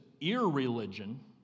Irreligion